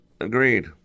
agreed